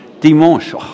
dimanche